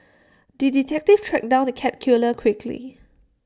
the detective tracked down the cat killer quickly